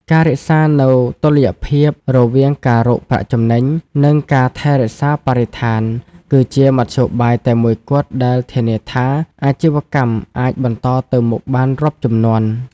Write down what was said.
ការរក្សានូវតុល្យភាពរវាងការរកប្រាក់ចំណេញ និងការថែរក្សាបរិស្ថាន គឺជាមធ្យោបាយតែមួយគត់ដែលធានាថាអាជីវកម្មអាចបន្តទៅមុខបានរាប់ជំនាន់។